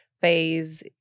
phase